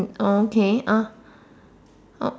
oh okay uh